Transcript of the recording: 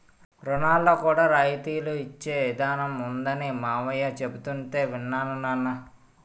రుణాల్లో కూడా రాయితీలు ఇచ్చే ఇదానం ఉందనీ మావయ్య చెబుతుంటే యిన్నాను నాన్నా